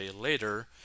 later